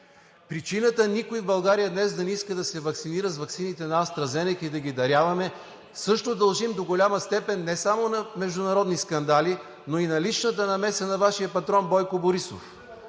Причината никой в България днес да не иска да се ваксинира с ваксините на AstraZeneca и да ги даряваме също дължим до голяма степен не само на международни скандали, но и на личната намеса на Вашия патрон Бойко Борисов.